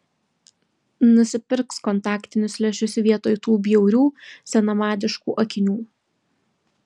nusipirks kontaktinius lęšius vietoj tų bjaurių senamadiškų akinių